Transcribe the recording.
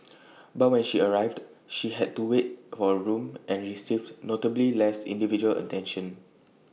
but when she arrived she had to wait for A room and received notably less individual attention